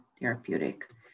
therapeutic